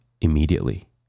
immediately